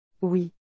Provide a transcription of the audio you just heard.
Oui